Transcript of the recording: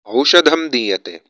औषधं दीयते